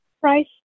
price